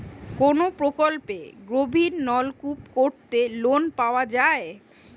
কোন প্রকল্পে গভির নলকুপ করতে লোন পাওয়া য়ায়?